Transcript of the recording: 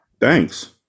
Thanks